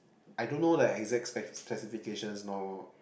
I don't know the exact spe~ specifications nor